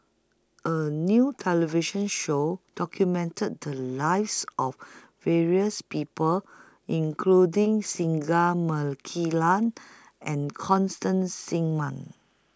A New television Show documented The Lives of various People including Singai Mukilan and Constance Singam